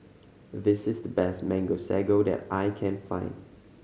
this is the best Mango Sago that I can find